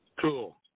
Cool